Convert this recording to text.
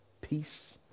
peace